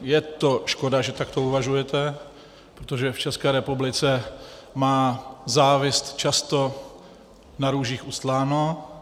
Je to škoda, že takto uvažujete, protože v České republice má závist často na růžích ustláno.